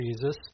Jesus